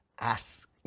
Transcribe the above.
ask